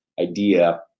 idea